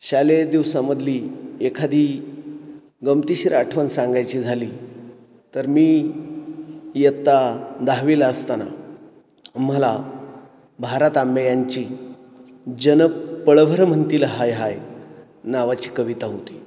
शालेय दिवसामधली एखादी गमतीशीर आठवन सांगायची झाली तर मी इयत्ता दहावीला असताना मला भा रा तांबे यांची जन पळभर म्हणतील हाय हाय नावाची कविता होती